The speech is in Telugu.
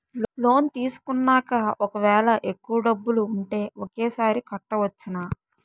లోన్ తీసుకున్నాక ఒకవేళ ఎక్కువ డబ్బులు ఉంటే ఒకేసారి కట్టవచ్చున?